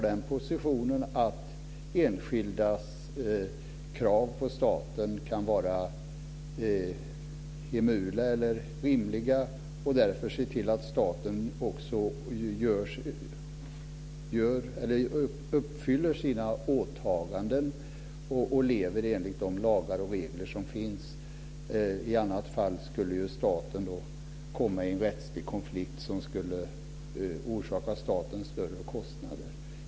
De enskildas krav på staten kan vara hemula eller rimliga och Justitiekanslern ser därför till att staten uppfyller sina åtaganden och lever enligt de lagar och regler som finns. I annat fall skulle ju staten komma i en rättslig konflikt som skulle orsaka staten större kostnader.